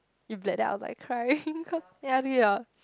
you bled then I was like crying cause you ask me out